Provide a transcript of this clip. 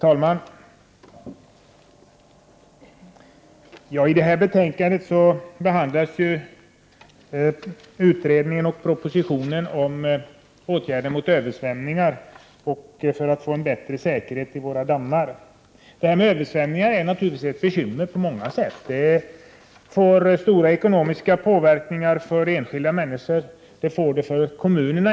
Herr talman! I detta betänkande behandlas utredningen och propositionen Og om åtgärder mot översvämningar och frågan om bättre säkerhet i våra dammar. Översvämningar är ett bekymmer på många sätt. De får stora ekonomiska konsekvenser för enskilda människor och inte minst för kommuner.